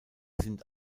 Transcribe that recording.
sind